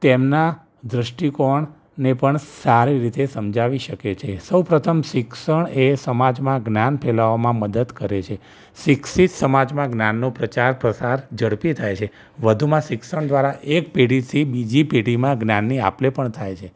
તેમનાં દૃષ્ટિકોણને પણ સારી રીતે સમજાવી શકે છે સૌપ્રથમ શિક્ષણએ સમાજમાં જ્ઞાન ફેલાવવામાં મદદ કરે છે શિક્ષિત સમાજમાં જ્ઞાનનો પ્રચાર પ્રસાર ઝડપી થાય છે વધુમાં શિક્ષણ દ્વારા એક પેઢીથી બીજી પેઢીમાં જ્ઞાનની આપ લે પણ થાય છે